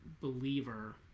believer